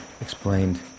explained